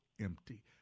empty